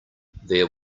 there